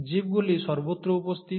জীবগুলি সর্বত্র উপস্থিত